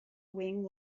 wing